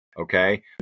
okay